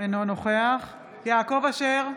אינו נוכח יעקב אשר,